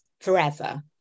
forever